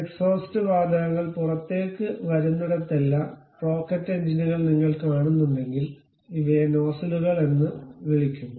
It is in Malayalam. എക്സ്ഹോസ്റ്റ് വാതകങ്ങൾ പുറത്തേക്ക് വരുന്നിടത്തെല്ലാം റോക്കറ്റ് എഞ്ചിനുകൾ നിങ്ങൾ കാണുന്നുണ്ടെങ്കിൽ ഇവയെ നൊസിലുകൾ എന്ന് ഞങ്ങൾ വിളിക്കുന്നു